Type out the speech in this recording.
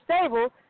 stable